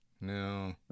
No